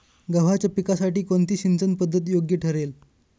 गव्हाच्या पिकासाठी कोणती सिंचन पद्धत योग्य ठरेल?